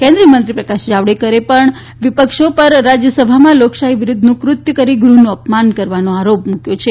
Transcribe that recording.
કેન્દ્રીય મંત્રી પ્રકાશ જાવડેકરે પણ વીપક્ષો પર રાજયસભામાં લોકશાહી વિરુધ્ધનું કૃત્ય કરી ગૃહનું અપમાન કરવાનો આરોપ મુકથો છે